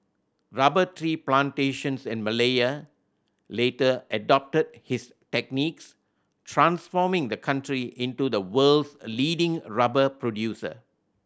rubber tree plantations in Malaya later adopted his techniques transforming the country into the world's leading rubber producer